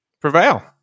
prevail